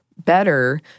better